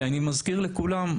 כי אני מזכיר לכולם,